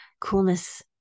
coolness